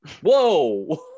Whoa